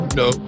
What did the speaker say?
no